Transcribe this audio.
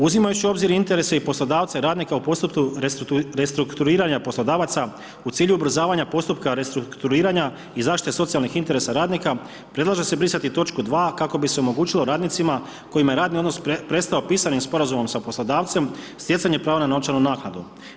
Uzimajući u obzir interese i poslodavca i radnika u postupku restrukturiranja poslodavaca u cilju ubrzavanja postupka restrukturiranja i zaštite socijalnih interesa radnika predlaže se brisati točku 2. kako bi se omogućilo radnicima kojima je radni odnos prestao pisanim sporazumom sa poslodavcem, stjecanje prava na novčanu naknadu.